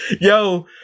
Yo